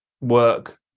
work